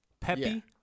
Peppy